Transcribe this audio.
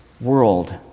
world